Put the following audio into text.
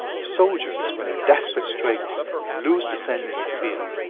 soldiers when in desperate straits lose the sense of fear.